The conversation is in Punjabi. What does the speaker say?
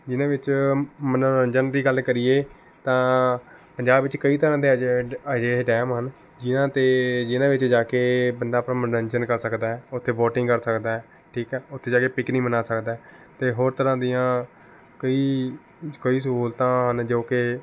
ਜਿਨ੍ਹਾਂ ਵਿੱਚ ਮਨੋਰੰਜਨ ਦੀ ਗੱਲ ਕਰੀਏ ਤਾਂ ਪੰਜਾਬ ਵਿੱਚ ਕਈ ਤਰ੍ਹਾਂ ਦੇ ਅਜਿਹੇ ਅਜਿਹੇ ਡੈਮ ਹਨ ਜਿਨ੍ਹਾਂ 'ਤੇ ਜਿਨ੍ਹਾਂ ਵਿੱਚ ਜਾ ਕੇ ਬੰਦਾ ਆਪਣਾ ਮਨੋਰੰਜਨ ਕਰ ਸਕਦਾ ਹੈ ਉੱਥੇ ਬੋਟਿੰਗ ਕਰ ਸਕਦਾ ਹੈ ਠੀਕ ਹੈ ਉੱਥੇ ਜਾ ਕੇ ਪਿਕਨਿਕ ਮਨਾ ਸਕਦਾ ਹੈ ਅਤੇ ਹੋਰ ਤਰ੍ਹਾਂ ਦੀਆਂ ਕਈ ਕਈ ਸਹੂਲਤਾਂ ਹਨ ਜੋ ਕਿ